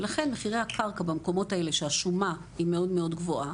ולכן מחירי הקרקע במקומות האלה שהשומה היא מאוד גבוהה,